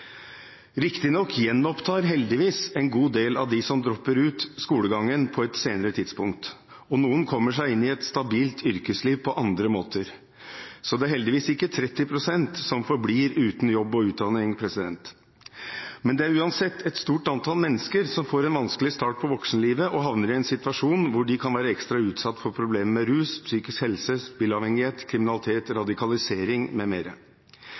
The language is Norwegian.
Riktignok gjenopptar heldigvis en god del av dem som dropper ut, skolegangen på et senere tidspunkt, og noen kommer seg inn i et stabilt yrkesliv på andre måter. Så det er heldigvis ikke 30 pst. som forblir uten jobb og utdanning. Men det er uansett et stort antall mennesker som får en vanskelig start på voksenlivet, og som havner i en situasjon hvor de kan være ekstra utsatt for problemer med rus, psykisk helse, spillavhengighet, kriminalitet, radikalisering